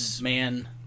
man